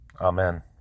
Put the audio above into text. Amen